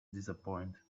disappointed